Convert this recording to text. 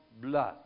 blood